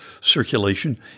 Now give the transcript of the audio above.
circulation